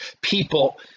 people